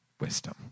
wisdom